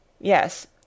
Yes